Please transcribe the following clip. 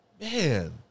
Man